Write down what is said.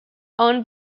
owned